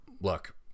Look